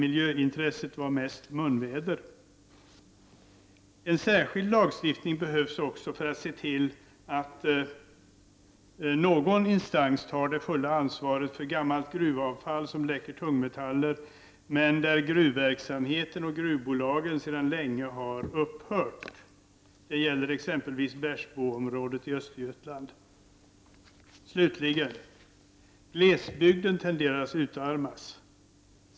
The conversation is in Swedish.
Miljöintresset var mest munväder. En särskild lagstiftning behövs för att man skall kunna se till att någon instans tar det fulla ansvaret för gammalt gruvavfall som läcker tungmetaller, i trakter där gruvverksamheten och gruvbolagen sedan länge upphört. Det gäller t.ex. Bersboområdet i Östergötland. Slutligen vill jag säga följande. Glesbygden tenderar att utarmas.